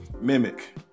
mimic